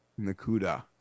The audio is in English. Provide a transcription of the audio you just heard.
Nakuda